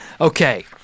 Okay